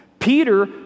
Peter